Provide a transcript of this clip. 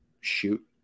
shoot